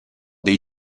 dei